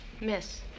Miss